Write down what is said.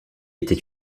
était